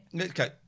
Okay